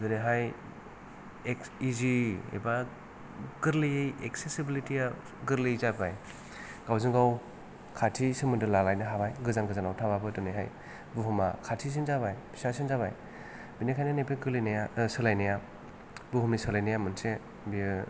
जेरैहाय इजि एबा गोरलैयै एक्ससिसेबिलिटि या गोरलैयै जाबाय गावजों गाव खाथि सोमोन्दो लालायनो हानाय गोजान गोजानाव थाबाबो दिनैहाय बुहुमा खाथिसिन जाबाय फिसासिन जाबाय बिनिखायनो नैबे सोलायनाया बुहुमनि सोलायनाया मोनसे बियो